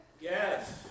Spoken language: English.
Yes